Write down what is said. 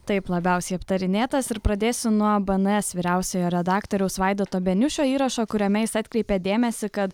taip labiausiai aptarinėtas ir pradėsiu nuo bns vyriausiojo redaktoriaus vaidoto beniušio įrašo kuriame jis atkreipė dėmesį kad